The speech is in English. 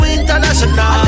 international